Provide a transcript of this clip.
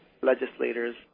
legislators